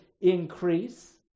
increase